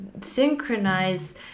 synchronize